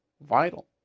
vital